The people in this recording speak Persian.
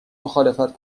مخالفت